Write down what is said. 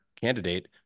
candidate